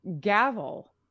gavel